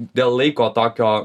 dėl laiko tokio